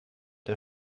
der